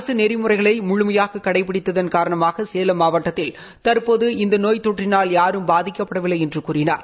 அரசு நெறிமுறைகளை முழுமையாக கடைபிடித்தன் காரணமாக சேலம் மாவட்டத்தில் தர்போத இந்த நோய் தொற்றினால் யாரும் பாதிக்கப்படவில்லை என்று கூறினார்